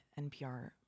NPR